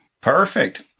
Perfect